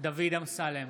דוד אמסלם,